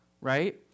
right